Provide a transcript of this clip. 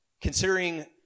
considering